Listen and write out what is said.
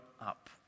up